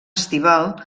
estival